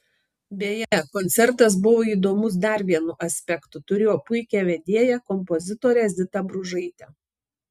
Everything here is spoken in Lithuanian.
beje koncertas buvo įdomus dar vienu aspektu turėjo puikią vedėją kompozitorę zitą bružaitę